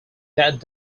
that